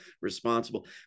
responsible